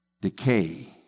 decay